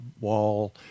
wall